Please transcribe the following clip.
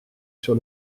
sur